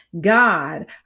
God